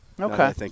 Okay